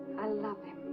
i love him.